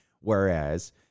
whereas